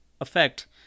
effect